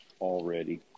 already